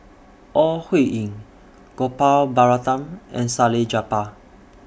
Ore Huiying Gopal Baratham and Salleh Japar